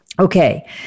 Okay